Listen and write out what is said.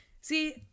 See